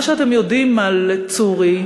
מה שאתם יודעים על צורי,